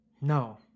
No